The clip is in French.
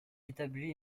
établit